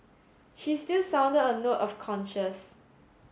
she still sounded a note of cautions